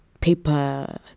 paper